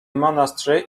monastery